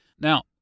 now